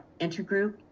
intergroup